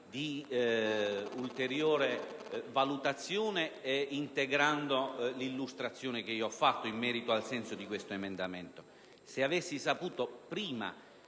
Grazie,